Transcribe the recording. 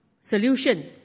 solution